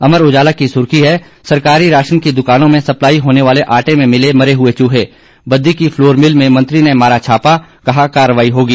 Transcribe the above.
अमर उजाला की सुर्खी है सरकारी राशन की दुकानों में सप्लाई होने वाले आटे में मिले मरे हुए चूहे बद्दी की फ्लोर मिल में मंत्री ने मारा छापा कहा कार्रवाई होगी